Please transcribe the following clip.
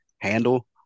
handle